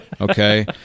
Okay